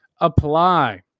apply